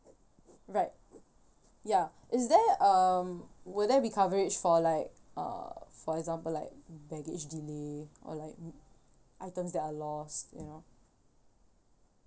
right ya is there um will there be coverage for like uh for example like baggage delay or like um items that are lost you know